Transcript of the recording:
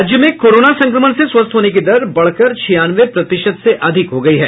राज्य में कोरोना संक्रमण से स्वस्थ होने की दर बढ़कर छियानवे प्रतिशत से अधिक हो गयी है